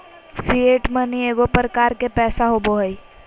fiat money एगो प्रकार के पैसा होबो हइ